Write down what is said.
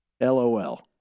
LOL